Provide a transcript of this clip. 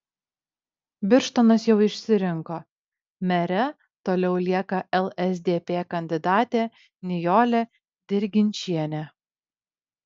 birštonas jau išsirinko mere toliau lieka lsdp kandidatė nijolė dirginčienė